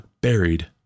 buried